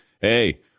Hey